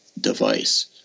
device